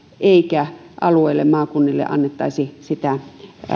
eikä alueille maakunnille itselleen annettaisi sitä